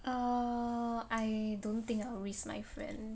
err I don't think I will risk my friend